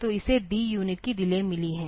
तो इसे D unit की डिले मिली है